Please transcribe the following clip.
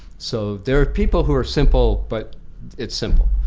so there are people who are simple, but it's simple.